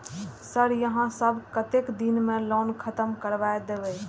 Sir यहाँ सब कतेक दिन में लोन खत्म करबाए देबे?